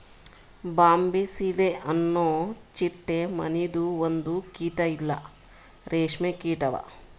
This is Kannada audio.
ಬಾಂಬಿಸಿಡೆ ಅನೊ ಚಿಟ್ಟೆ ಮನಿದು ಒಂದು ಕೀಟ ಇಲ್ಲಾ ರೇಷ್ಮೆ ಕೀಟ ಅವಾ